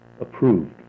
approved